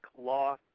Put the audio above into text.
Law